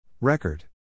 Record